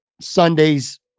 Sunday's